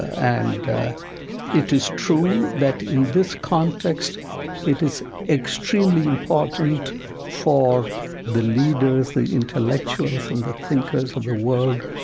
and it is true that in this context it is extremely important for the leaders, the intellectuals and the thinkers of the world,